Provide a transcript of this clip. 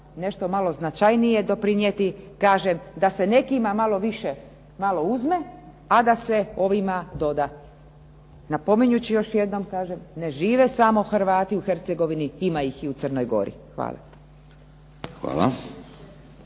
nešto malo značajnije doprinijeti, kažem da se nekima malo više malo uzme, a da se ovima doda. Napominjući još jednom kažem ne žive samo Hrvati u Hercegovini, ima ih i u Crnog Gori. Hvala.